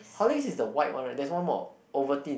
Horlicks is the white one right there's one more Ovaltine